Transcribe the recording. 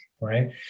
right